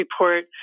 report